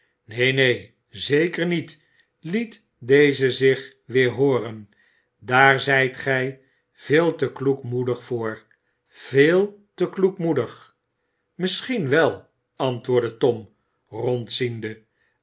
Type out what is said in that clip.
neen neen zeker niet liet deze zich weer hooren daar zijt ge veel te kloekmoedig voor veel te kloekmoedig misschien wei antwoordde tom